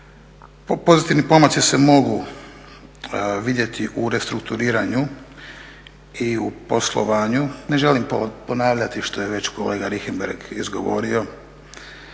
Pozitivni pomaci se mogu vidjeti u restrukturiranju i u poslovanju. Ne želim ponavljati što je već kolega Richembergh izgovorio,